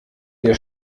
der